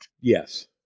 yes